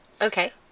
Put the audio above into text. Okay